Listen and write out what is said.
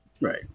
Right